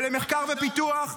ולמחקר ופיתוח,